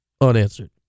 unanswered